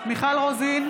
מיכל רוזין,